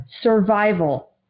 survival